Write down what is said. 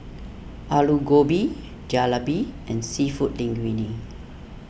Alu Gobi Jalebi and Seafood Linguine